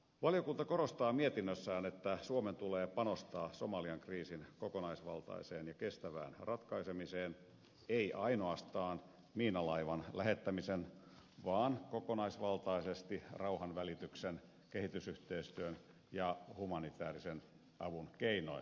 valiokunta korostaa mietinnössään että suomen tulee panostaa somalian kriisin kokonaisvaltaiseen ja kestävään ratkaisemiseen ei ainoastaan miinalaivan lähettämisen vaan kokonaisvaltaisesti rauhanvälityksen kehitysyhteistyön ja humanitäärisen avun keinoin